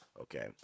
Okay